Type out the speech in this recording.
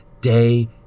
day